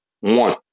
one